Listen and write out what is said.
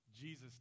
Jesus